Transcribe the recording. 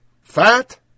Fat